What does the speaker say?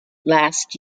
last